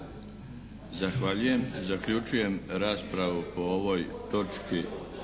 Zahvaljujem. Zaključujem raspravu po ovoj točki